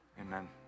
Amen